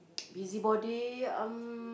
busybody um